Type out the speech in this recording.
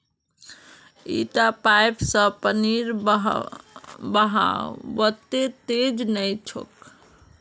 इटा पाइप स पानीर बहाव वत्ते तेज नइ छोक